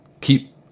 Keep